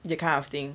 that kind of thing